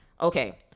Okay